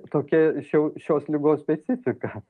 tokia šiau šios ligos specifika